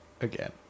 again